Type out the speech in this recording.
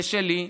ושלי,